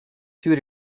two